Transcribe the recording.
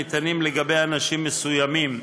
הניתנים לגבי אנשים מסוימים,